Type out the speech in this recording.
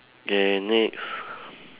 K next